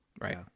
right